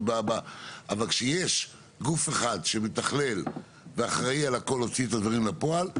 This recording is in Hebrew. אבל כשיש גוף אחד שמתכלל ואחראי להוציא את הדברים לפועל,